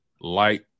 light